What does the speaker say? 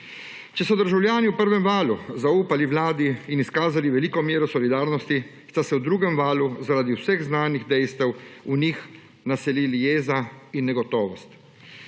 Če so državljani v prvem valu zaupali vladi in izkazali veliko mero solidarnosti, sta se v drugem valu zaradi vseh znanih dejstev o njih naselili jeza in negotovost.